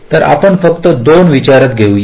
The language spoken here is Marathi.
तर आपण फक्त 2 विचारात घेऊ या